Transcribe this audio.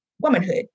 womanhood